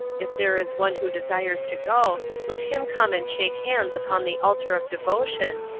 if there is one who desires to go, let him come and shake hands upon the altar of devotion,